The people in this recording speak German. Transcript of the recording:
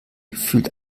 gefühlt